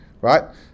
right